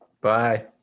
Bye